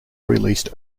released